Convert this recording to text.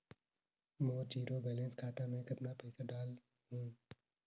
मोर zero balance खाता मे कतना पइसा डाल हूं?